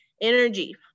energy